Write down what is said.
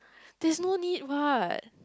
there's no need what